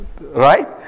Right